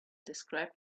described